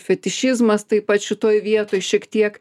fetišizmas taip pat šitoj vietoj šiek tiek